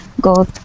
go